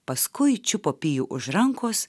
paskui čiupo pijų už rankos